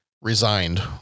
resigned